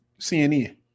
CNN